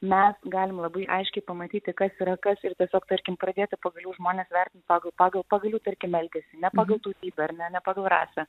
mes galim labai aiškiai pamatyti kas yra kas ir tiesiog tarkim pradėti pagaliau žmones vertint pagal pagal pagal jų tarkim elgiasį ne pagal tautybę ar ne ne pagal rasę